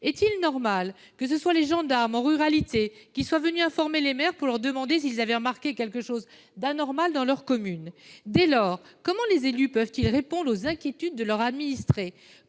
Est-il normal que ce soient les gendarmes qui soient venus informer les maires pour leur demander s'ils avaient remarqué quelque chose d'étrange dans leur commune ? Dès lors, comment les élus peuvent-ils répondre aux inquiétudes de leurs administrés ?